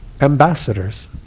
ambassadors